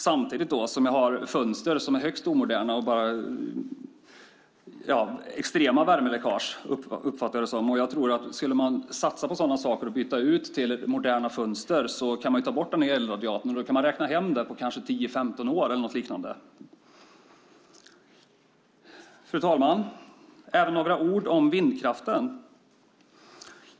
Samtidigt har jag fönster som är högst omoderna där det är extrema värmeläckage som jag uppfattar det. Skulle man satsa på sådana saker och byta ut till moderna fönster kan man ta bort elradiatorn och kanske räkna hem det på 10-15 år eller något liknande. Fru talman! Jag ska även säga några ord om vindkraften.